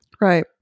right